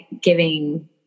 giving